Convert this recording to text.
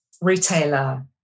retailer